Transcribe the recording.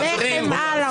הרבה חמאה על הראש.